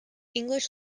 english